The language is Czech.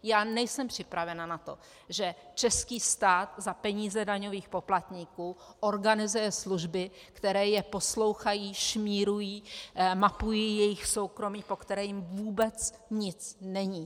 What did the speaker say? Já nejsem připravena na to, že český stát za peníze daňových poplatníků organizuje služby, které je poslouchají, šmírují, mapují jejich soukromí, po kterém jim vůbec nic není.